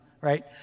right